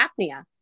apnea